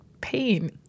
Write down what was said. pain